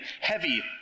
heavy